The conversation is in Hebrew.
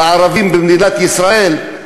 הערבים במדינת ישראל,